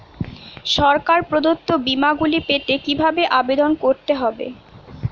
সরকার প্রদত্ত বিমা গুলি পেতে কিভাবে আবেদন করতে হবে?